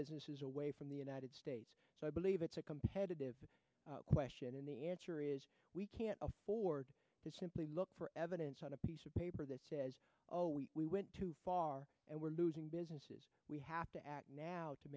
businesses away from the united states so i believe it's a competitive question and the answer is we can't simply look for evidence on a piece of paper that says we went too far and we're losing business we have to act now to